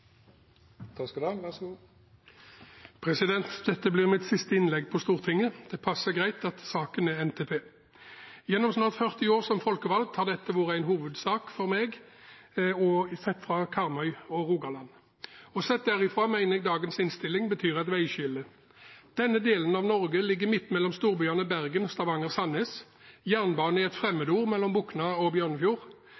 Dette blir mitt siste innlegg på Stortinget. Det passer greit at saken er NTP. Gjennom snart 40 år som folkevalgt har dette vært en hovedsak for meg, sett fra Karmøy og Rogaland. Sett derfra mener jeg dagens innstilling betyr et veiskille. Denne delen av Norge ligger midt mellom storbyene Bergen og Stavanger/Sandnes. Jernbane er et